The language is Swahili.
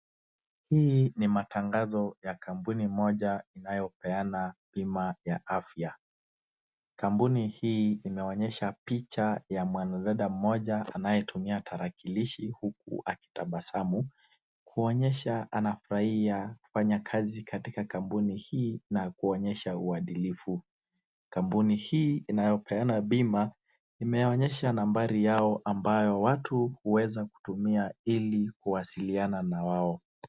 Hii ni matangazo ya kampuni moja inayopeana bima ya afya. Kampuni hii imeonyesha picha ya mwanadada mmoja anaetumia tarakilishi huku akitabasamu kuonyesha anafurahia kufanya kazi katika kampuni hii na kuonyesha uadilifu. Kampuni hii inayo peana bima imeonyesha nambari yao ambayo watu huweza kutumia ili kuwasiliana na wao.